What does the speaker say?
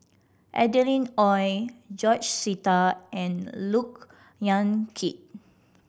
Adeline Ooi George Sita and Look Yan Kit